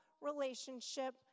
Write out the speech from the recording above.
relationship